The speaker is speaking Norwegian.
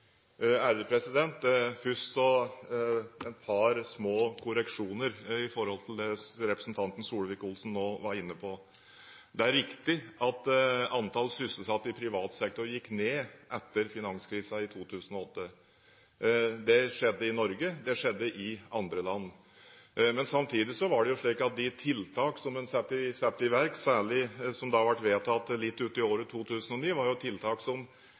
Først et par små korreksjoner til det representanten Solvik-Olsen nå var inne på. Det er riktig at antall sysselsatte i privat sektor gikk ned etter finanskrisen i 2008. Det skjedde i Norge, det skjedde i andre land. Men samtidig var det jo slik at de tiltak som en satte i verk, særlig de som ble vedtatt litt ute i 2009, riktignok var